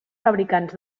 fabricants